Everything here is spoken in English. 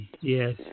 Yes